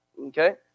Okay